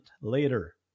later